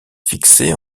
fixés